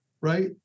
right